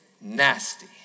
nasty